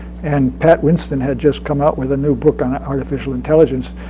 and pat winston had just come out with a new book on ah artificial intelligence,